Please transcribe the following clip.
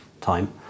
time